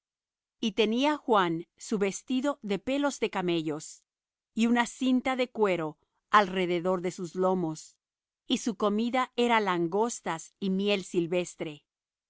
y tenía juan su vestido de pelos de camellos y una cinta de cuero alrededor de sus lomos y su comida era langostas y miel silvestre